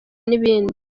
n’ibindi